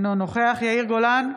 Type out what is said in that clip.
אינו נוכח יאיר גולן,